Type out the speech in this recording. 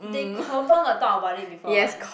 they confirm got talk about it before one